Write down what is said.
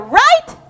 right